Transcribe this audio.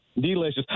Delicious